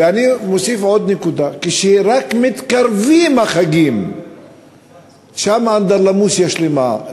ואני מוסיף עוד נקודה: כשרק מתקרבים החגים האנדרלמוסיה שלמה.